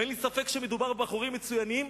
ואין לי ספק שמדובר בבחורים מצוינים.